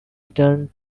returned